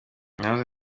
nahoze